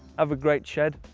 have a great shed.